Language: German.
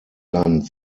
land